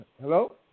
Hello